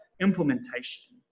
implementation